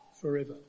forever